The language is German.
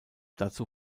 dazu